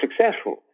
successful